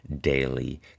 daily